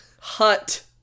hut